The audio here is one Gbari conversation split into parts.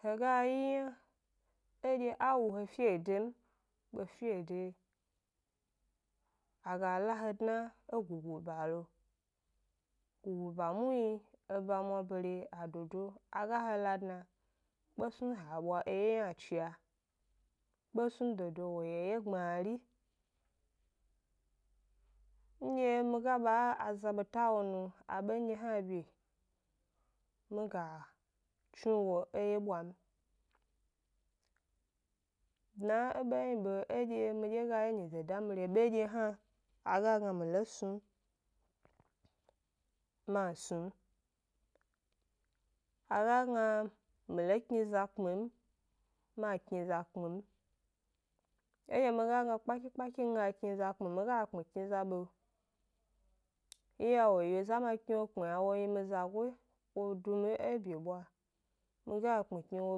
He ga wyi yna edye a wu he fede m, kpe fede a ga la he dna e gugu ba lo, gugu ba muhni eba mwabere, adodo a ga he la dna, kpe snu dodo ha bwa eye ynacha kpesnu dodo wo yi eye gbmari, ndye mi ga ba aza beta wo nu abe hna bye, mi ga tsnu wo yi e wyebwa m, dna e bedye hna a ga gna mi lo snu m ma snu m, a ga gna mi lo kni za kpmi m, ma kni za kpmi m, edye mi ga gna kpaki kpaki nga kni za kpmi, mi ga kpmi kni za be, iya wo yiu za ma kni wo kpmi yna wo yi mi zago, wo du mi e byebwa, mi ga kpmi kni wo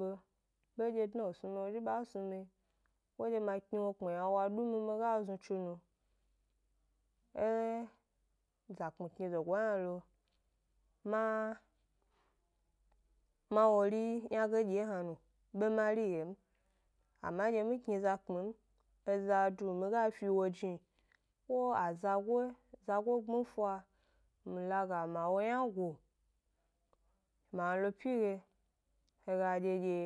be, bedye dna wo snu mi yna wo ga snu mi, ko dye ma kni wo kpmi yna wa du mimi ga zutsu nu, e zakpmi kni zogo hna lo ma wori ynage dye hna no ama ndye mi kni za kpmi m, eza du mo ga fi wo jni ko aza go zago gbi efa, mi laga ma wo yna go ma lo pyi ge he ga dye dye